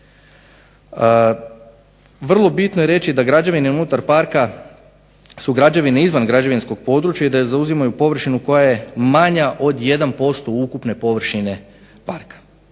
Vrlo je bitno reći da građevine unutar parka su građevine izvan građevinskog područja i da zauzimaju površinu koja je manja od 1% ukupne površine parka.